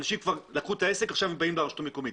אנשים כבר לקחו את העסק ועכשיו הם באים לרשות המקומית.